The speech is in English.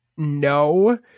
No